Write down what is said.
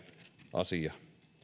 asia